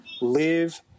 live